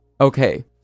okay